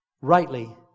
rightly